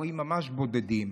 ורואים ממש בודדים,